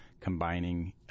combining